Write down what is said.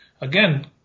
again